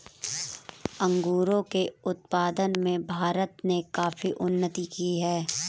अंगूरों के उत्पादन में भारत ने काफी उन्नति की है